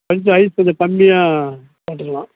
கொஞ்சம் ஐஸ் கொஞ்சம் கம்மியாக போட்டுக்கலாம்